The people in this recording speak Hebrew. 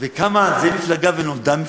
וקמה על זה מפלגה ונולדה מפלגה.